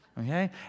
okay